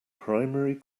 primary